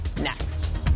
next